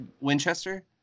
Winchester